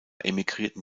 emigrierten